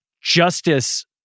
justice